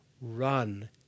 Run